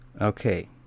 Okay